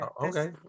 Okay